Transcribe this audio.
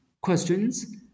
questions